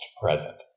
present